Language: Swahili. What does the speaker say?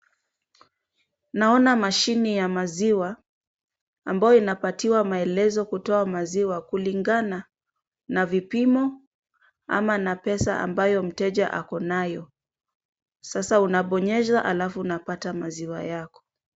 Naona mashini ya maziwa ambayo inapatiwa maelezo kutoa maziwa kulingana na vipimo ama na pesa ambayo mteja ako nayo . Sasa unabonyeza alafu unapata maziwa yako.